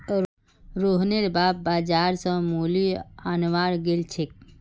रोहनेर बाप बाजार स मूली अनवार गेल छेक